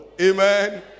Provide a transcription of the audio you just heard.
Amen